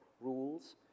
rules